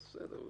בסדר.